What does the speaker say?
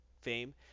fame